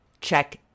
check